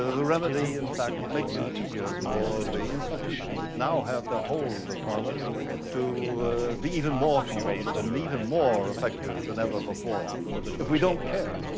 ah the remedy in fact makes it easier for the institutions that now have their hold upon us to be even more compulsive and even more effective than ever before if we don't care,